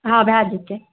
हँ भए जेतै